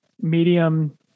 medium